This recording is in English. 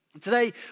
today